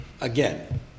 again